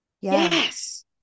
Yes